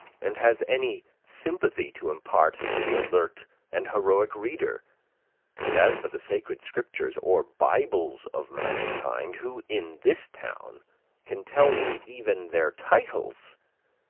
and has any sympathy to impart to the alert and heroic reader and as for the sacred scriptures, or bibles of mankind, who in this town can tell me even their titles?